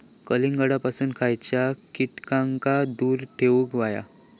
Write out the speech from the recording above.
कलिंगडापासून खयच्या कीटकांका दूर ठेवूक व्हया?